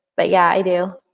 but yeah, i do.